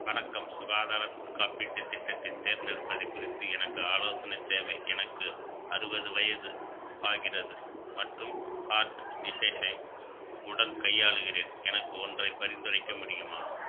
வணக்கம் சுகாதார காப்பீட்டு திட்டத்தைத் தேர்ந்தெடுப்பதுக் குறித்து எனக்கு ஆலோசனை தேவை எனக்கு அறுபது வயது ஆகிறது மற்றும் ஹார்ட் டிசைஸை உடல் கையாளுகிறேன் எனக்கு ஒன்றைப் பரிந்துரைக்க முடியுமா